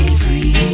free